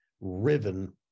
riven